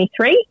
2023